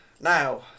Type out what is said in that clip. Now